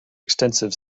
extensive